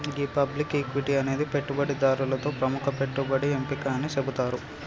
గీ public equity అనేది పెట్టుబడిదారులతో ప్రముఖ పెట్టుబడి ఎంపిక అని సెబుతారు